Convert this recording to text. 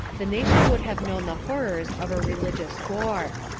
the nation would have known the horrors of a reli gious war.